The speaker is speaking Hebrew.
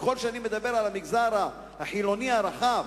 ככל שאני מדבר על המגזר החילוני הרחב,